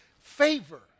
Favor